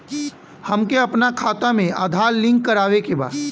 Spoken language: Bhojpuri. हमके अपना खाता में आधार लिंक करावे के बा?